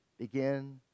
begin